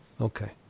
Okay